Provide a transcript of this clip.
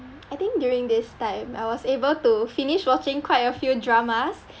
I think during this time I was able to finish watching quite a few dramas